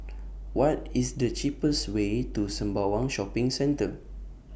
What IS The cheapest Way to Sembawang Shopping Centre